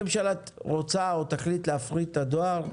אם הממשלה תחליט להפריט את הדואר,